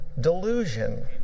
delusion